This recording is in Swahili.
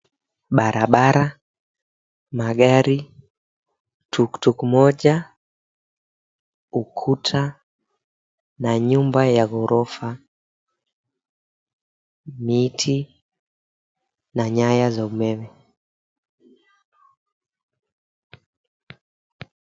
Barabara, magari, tuktuk moja, ukuta na nyumba ya ghorofa. Miti na nyaya za umeme.